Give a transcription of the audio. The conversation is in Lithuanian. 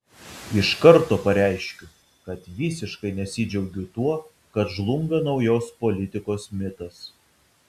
iš karto pareiškiu kad visiškai nesidžiaugiu tuo kad žlunga naujos politikos mitas